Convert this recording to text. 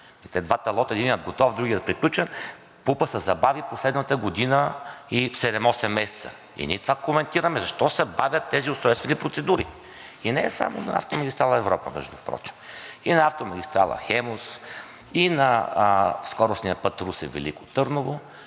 двата лота, единият готов, другият приключен, ПУП-ът се забави последната година и седем осем месеца. И ние това коментираме, защо се бавят тези устройствени процедури? И не е само на автомагистрала „Европа“, между другото. И на автомагистрала „Хемус“, и на скоростния път Русе – Велико Търново.